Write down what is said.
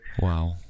wow